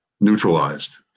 neutralized